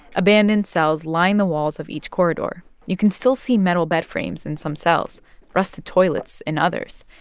abandoned cells line the walls of each corridor. you can still see metal bed frames in some cells rusted toilets in others.